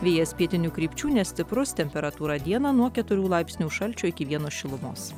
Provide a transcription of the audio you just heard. vėjas pietinių krypčių nestiprus temperatūra dieną nuo keturių laipsnių šalčio iki vieno šilumos